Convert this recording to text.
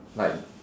like